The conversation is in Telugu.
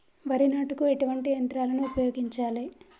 వరి నాటుకు ఎటువంటి యంత్రాలను ఉపయోగించాలే?